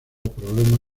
problema